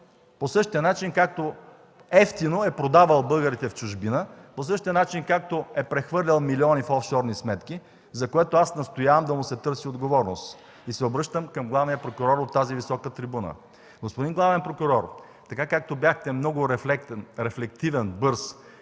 по същия начин, както евтино е продавал българите в чужбина, по същия начин, както е прехвърлял милиони в офшорни сметки, за което аз настоявам да му се търси отговорност. И се обръщам към главния прокурор от тази висока трибуна: господин главен прокурор, както бяхте много рефлектиран, бърз